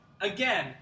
Again